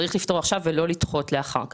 צריך לפתור עכשיו ולא לדחות לאחר כך.